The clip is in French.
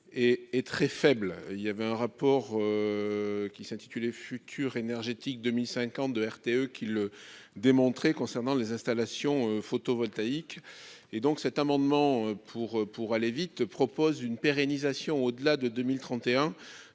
est très faible, il y avait un rapport. Qui s'intitulé futurs énergétiques 2050 de RTE qui le démontrer concernant les installations photovoltaïques. Et donc cet amendement pour pour aller vite propose une pérennisation au-delà de 2031